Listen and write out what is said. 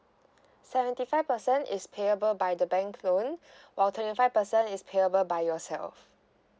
seventy five percent is payable by the bank loan while twenty five percent is payable by yourself